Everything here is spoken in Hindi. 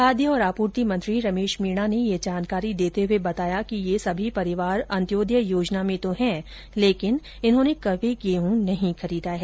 खाद्य और आपूर्ति मंत्री रमेश मीणा ने ये जानकारी देते हुए बताया कि ये सभी परिवार अंत्योदय योजना में तो है लेकिन उन्होंने कभी गेंहू नहीं खरीदा है